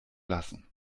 lassen